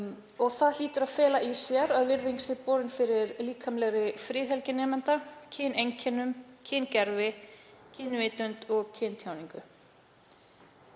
Það hlýtur að fela í sér að virðing sé borin fyrir líkamlegri friðhelgi nemenda, kyneinkennum, kyngervi, kynvitund og kyntjáningu.